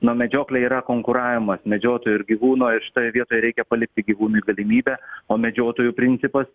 nu medžioklė yra konkuravimas medžiotojo ir gyvūno ir šitoje vietoje reikia palikti gyvūnui galimybę o medžiotojų principas